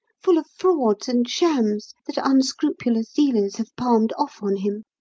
full of frauds and shams that unscrupulous dealers have palmed off on him.